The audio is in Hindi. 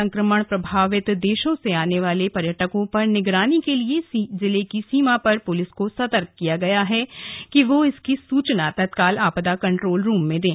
संक्रमण प्रभावित देशों से आने वाले पर्यटकों पर निगरानी के लिए जिले की सीमा पर पुलिस को सर्तक किया गया है कि वह इसकी सूचना तत्काल आपदा कंट्रोल में दें